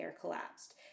collapsed